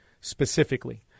specifically